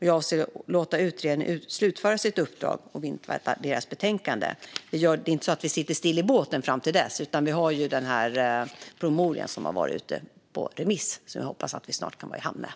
Jag avser att låta utredningen slutföra sitt uppdrag och inväntar dess betänkande. Men vi sitter inte still i båten fram till dess, utan vi har den promemoria som har varit ute på remiss som jag nämnde och som vi hoppas att vi snart kan vara i hamn med.